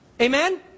Amen